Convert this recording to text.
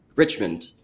Richmond